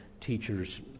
teachers